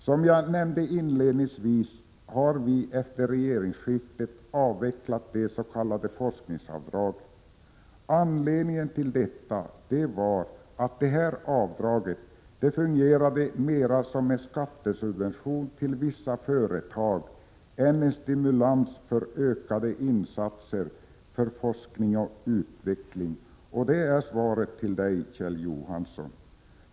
Som jag nämnde inledningsvis har vi efter regeringsskiftet avvecklat det s.k. forskningsavdraget. Anledningen till detta var att det avdraget fungerade mer som en skattesubvention till vissa företag än som en stimulans för ökade insatser för forskning och utveckling. Det är svaret till Kjell Johansson.